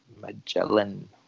Magellan